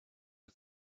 you